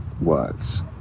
works